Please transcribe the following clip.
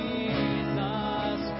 Jesus